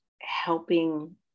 helping